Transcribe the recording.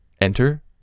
Enter